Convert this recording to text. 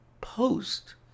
post